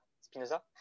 Spinoza